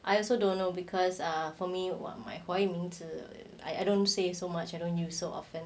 I also don't know because err for me what my why 华语名字 I don't say so much I don't use so often